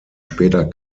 später